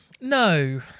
No